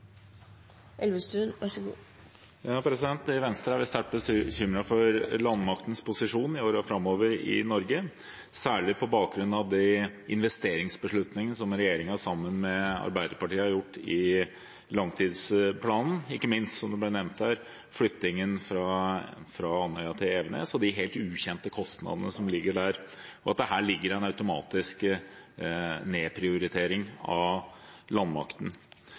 i Venstre er sterkt bekymret for landmaktens posisjon i Norge i årene framover, særlig på bakgrunn av de investeringsbeslutningene som regjeringen, sammen med Arbeiderpartiet, har gjort i langtidsplanen, og ikke minst, som det ble nevnt her, flyttingen fra Andøya til Evenes og de helt ukjente kostnadene som ligger der, og at det her ligger en automatisk nedprioritering av landmakten.